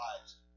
lives